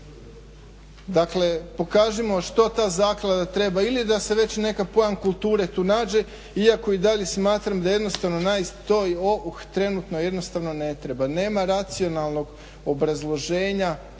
Dakle pokažimo što ta zaklada treba ili da se već neki pojam kulture tu nađe iako i dalje smatram da jednostavno to trenutno jednostavno ne treba. Nema racionalnog obrazloženja,